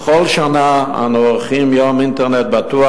בכל שנה אנו עורכים יום אינטרנט בטוח,